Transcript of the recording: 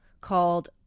called